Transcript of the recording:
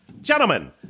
gentlemen